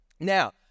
Now